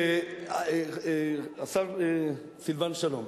השר סילבן שלום,